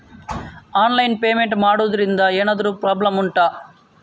online payment ಮಾಡುದ್ರಿಂದ ಎಂತಾದ್ರೂ problem ಉಂಟಾ